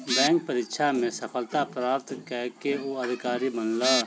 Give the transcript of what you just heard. bank परीक्षा में सफलता प्राप्त कय के ओ अधिकारी बनला